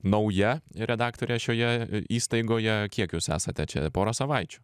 nauja redaktorė šioje įstaigoje kiek jūs esate čia pora savaičių